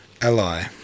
ally